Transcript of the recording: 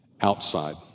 outside